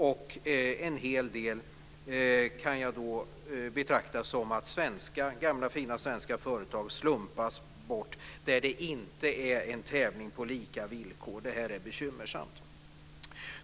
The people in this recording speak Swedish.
Och jag kan betrakta att en hel del gamla fina svenska företag slumpas bort i en tävling där det inte är lika villkor. Detta är bekymmersamt.